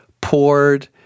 poured